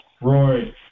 Roy